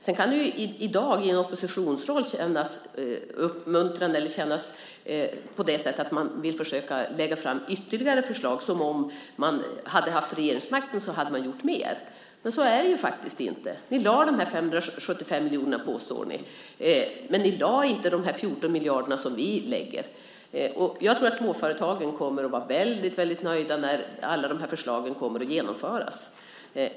Sedan kan man förstås i dag i sin oppositionsroll vilja försöka lägga fram ytterligare förslag, som om man hade gjort mer ifall man hade haft regeringsmakten, men så är det faktiskt inte. Ni satsade de här 575 miljonerna, påstår ni, men ni satsade inte de 14 miljarder som vi satsar. Jag tror att småföretagen kommer att vara väldigt nöjda när alla de här förslagen genomförs.